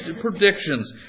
predictions